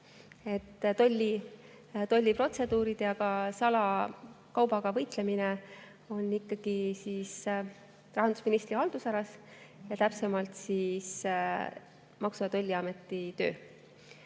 Tolliprotseduurid ja ka salakaubaga võitlemine on ikkagi rahandusministri haldusalas, täpsemalt Maksu‑ ja Tolliameti töö.